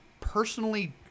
personally